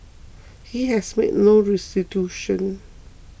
he has made no restitution